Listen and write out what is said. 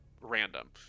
random